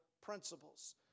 principles